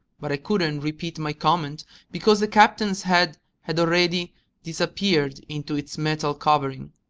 but i couldn't repeat my comment because the captain's head had already disappeared into its metal covering.